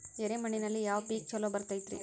ಎರೆ ಮಣ್ಣಿನಲ್ಲಿ ಯಾವ ಪೇಕ್ ಛಲೋ ಬರತೈತ್ರಿ?